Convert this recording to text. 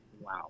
Wow